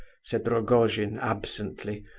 said rogojin, absently,